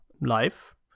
life